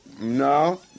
no